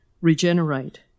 regenerate